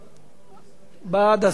בעד, 10,